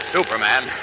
Superman